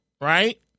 right